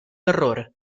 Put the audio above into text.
errore